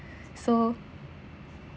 so